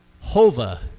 Hova